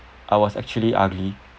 I was actually ugly